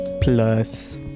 Plus